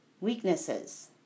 Weaknesses